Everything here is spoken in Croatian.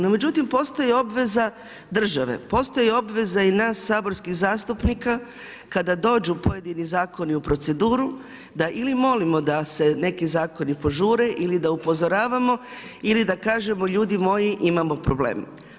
No međutim, postoji obveza države, postoji obveza i nas saborskih zastupnika kada dođu pojedini zakoni u proceduru, da ili molimo da se neki zakoni požure ili da upozoravamo ili da kažemo ljudi moji imamo problem.